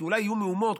כי אולי יהיו מהומות,